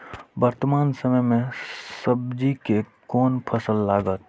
वर्तमान समय में सब्जी के कोन फसल लागत?